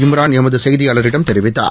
இம்ரான் எம்து செய்தியாளரிடம் தெரிவித்தார்